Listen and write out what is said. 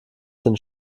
sind